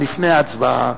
לפני ההצבעה,